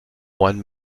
one